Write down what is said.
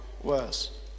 worse